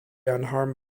unharmed